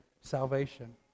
salvation